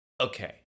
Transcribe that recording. okay